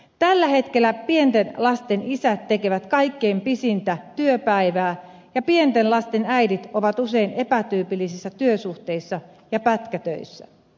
tällä hetkellä pienten lasten isät tekevät kaikkein pisintä työpäivää ja pienten lasten äidit ovat usein epätyypillisissä työsuhteissa ja pätkätöissä